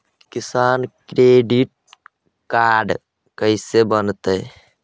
किसान credit card कैसे बनतै?